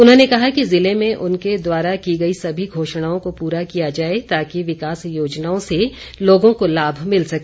उन्होंने कहा कि ज़िले में उनके द्वारा की गई सभी घोषणाओं को पूरा किया जाए ताकि विकास योजनाओं से लोगों को लाभ मिल सके